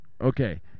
okay